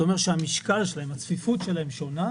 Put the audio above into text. זה אומר שהמשקל והצפיפות שלהם שונה,